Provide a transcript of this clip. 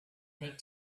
big